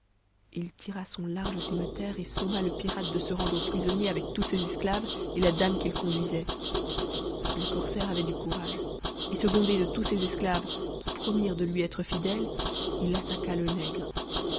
h tira son large cimeterre et somma le pirate de se rendre prisonnier avec tous ses esclaves et la dame qu'il conduisait le corsaire avait du courage et p secondé de tous ses esclaves qui promirent de lui être fidèles il attaqua le nègre